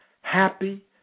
happy